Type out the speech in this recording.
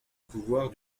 pouvoir